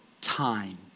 time